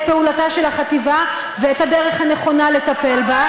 פעולתה של החטיבה ואת הדרך הנכונה לטפל בה,